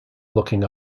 looking